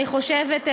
אני חושבת,